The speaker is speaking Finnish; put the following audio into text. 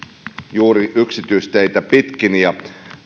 juuri yksityisteitä pitkin ja